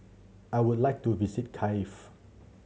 I would like to visit Kiev